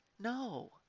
No